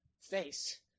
face